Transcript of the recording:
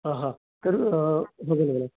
हा हा